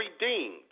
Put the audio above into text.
redeemed